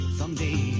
someday